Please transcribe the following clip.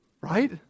Right